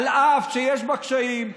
אף שיש בה קשיים,